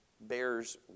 bears